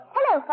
Hello